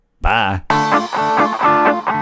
Bye